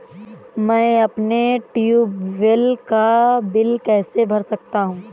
मैं अपने ट्यूबवेल का बिल कैसे भर सकता हूँ?